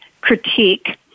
critique